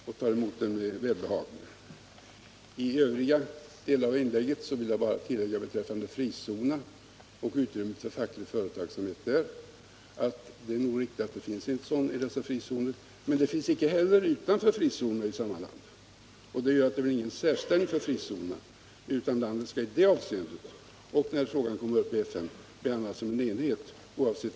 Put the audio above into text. När det gäller hennes inlägg i övrigt vill jag beträffande frizonerna säga att det nog är riktigt att det inte finns något utrymme för facklig verksamhet i dessa zoner. Men det finns det inte heller utanför frizonerna i samma land. Det gör att det inte blir någon särställning för frizonerna. Landet skall i det avseendet — och när frågan kommer upp i FN — behandlas som en enhet, oavsett om det gäller frizoner eller inte.